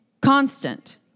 constant